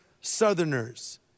Southerners